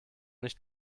nicht